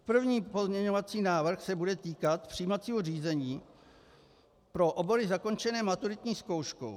První pozměňovací návrh se bude týkat přijímacího řízení pro obory zakončené maturitní zkouškou.